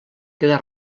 queda